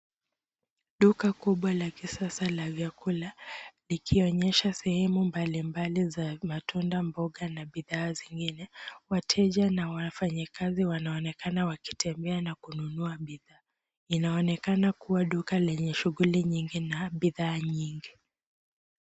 Duka kubwa la kisasa la vyakula, likionyesha sehemu mbalimbali za matunda, mboga na bidhaa zingine. Wateja na wafanyikazi wanaonekana wakitembea na kununua bidhaa. Inaonekana kuwa duka lenye shughuli nyingi na bidhaa nyingi.